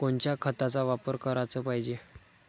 कोनच्या खताचा वापर कराच पायजे?